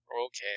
Okay